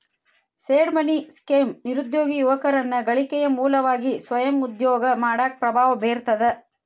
seed money scheme ನಿರುದ್ಯೋಗಿ ಯುವಕರನ್ನ ಗಳಿಕೆಯ ಮೂಲವಾಗಿ ಸ್ವಯಂ ಉದ್ಯೋಗ ಮಾಡಾಕ ಪ್ರಭಾವ ಬೇರ್ತದ